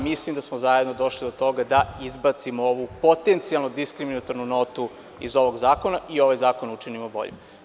Mislim da smo zajedno došli do toga da izbacimo ovu potencijalnu diskriminatornu notu iz ovog zakona i ovaj zakon učinimo boljim.